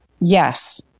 Yes